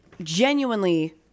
genuinely